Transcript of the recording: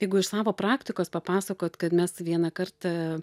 jeigu iš savo praktikos papasakot kad mes vieną kartą